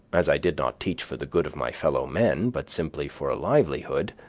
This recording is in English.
as i did not teach for the good of my fellow-men, but simply for a livelihood,